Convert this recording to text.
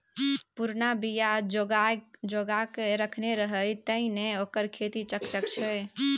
पुरना बीया जोगाकए रखने रहय तें न ओकर खेती चकचक छै